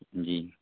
جی